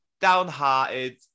downhearted